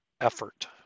effort